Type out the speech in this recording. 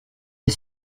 est